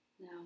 No